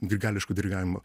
grigališku dirigavimu